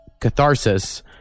catharsis